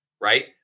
right